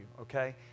okay